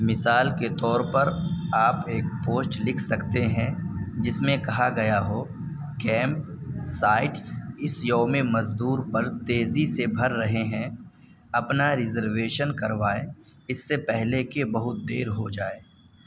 مثال کے طور پر آپ ایک پوسٹ لکھ سکتے ہیں جس میں کہا گیا ہو کیمپ سائٹس اس یومِ مزدور پر تیزی سے بھر رہے ہیں اپنا ریزرویشن کروائیں اس سے پہلے کہ بہت دیر ہو جائے